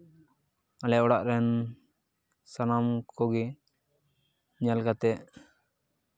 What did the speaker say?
ᱟᱞᱮ ᱚᱲᱟᱜ ᱨᱮᱱ ᱥᱟᱱᱟᱢ ᱠᱚᱜᱮ ᱧᱮᱞ ᱠᱟᱛᱮᱫ